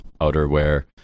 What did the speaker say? outerwear